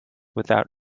without